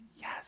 yes